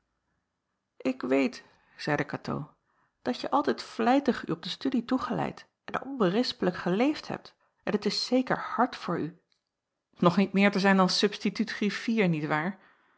ik weet zeide katoo dat je altijd vlijtig u op de studie toegeleid en onberispelijk geleefd hebt en het is zeker hard voor u nog niet meer te zijn dan substituut griffier niet waar